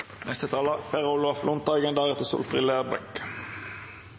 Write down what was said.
neste storting. Representanten Per Olaf Lundteigen